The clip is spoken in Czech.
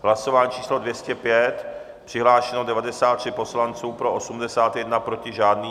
Hlasování číslo 205, přihlášeno 93 poslanců, pro 81, proti žádný.